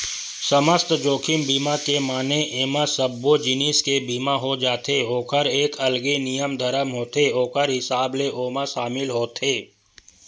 समस्त जोखिम बीमा के माने एमा सब्बो जिनिस के बीमा हो जाथे ओखर एक अलगे नियम धरम होथे ओखर हिसाब ले ओमा सामिल होथे